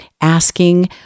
asking